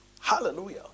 Hallelujah